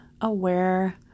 aware